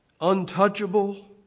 untouchable